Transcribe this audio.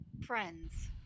friends